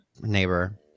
neighbor